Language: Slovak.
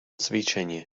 cvičenie